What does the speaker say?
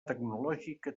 tecnològica